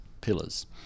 pillars